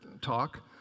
talk